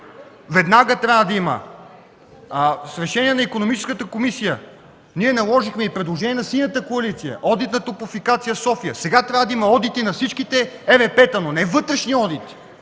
Веднага трябва да има промяна! С решение на Икономическата комисия ние наложихме предложение на Синята коалиция – одит на „Топлофикация София”! Сега трябва да има одит и на всички ЕРП-та, но не вътрешни одити,